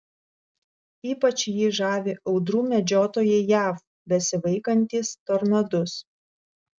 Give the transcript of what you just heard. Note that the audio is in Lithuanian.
ypač jį žavi audrų medžiotojai jav besivaikantys tornadus